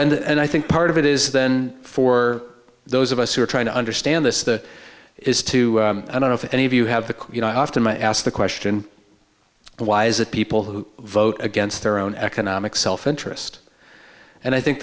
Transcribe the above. so and i think part of it is then for those of us who are trying to understand this that is to i don't know if any of you have the you know i often my ask the question why is it people who vote against their own economic self interest and i think